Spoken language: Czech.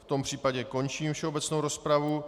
V tom případě končím všeobecnou rozpravu.